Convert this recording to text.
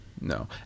no